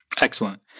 Excellent